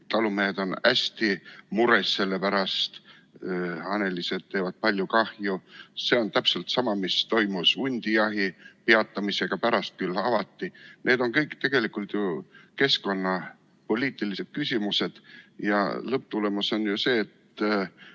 Talumehed on hästi mures selle pärast. Hanelised teevad palju kahju. Täpselt sama toimus hundijahi peatamisega, mis pärast küll avati. Need on kõik tegelikult ju keskkonnapoliitilised küsimused. Ja lõpptulemus on see, et